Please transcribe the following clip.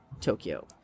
Tokyo